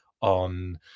on